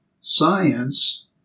Science